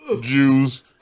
Jews